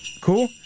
cool